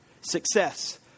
success